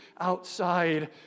outside